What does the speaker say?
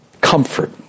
comfort